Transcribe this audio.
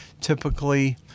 typically